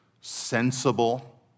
sensible